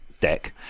deck